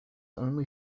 only